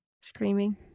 screaming